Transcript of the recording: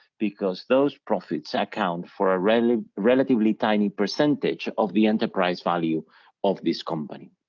because those profits account for a relatively relatively tiny percentage of the enterprise value of this company.